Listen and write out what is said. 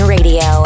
Radio